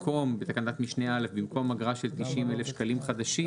בתקנת משנה (א) במקום "אגרה של 90,000 שקלים חדשים"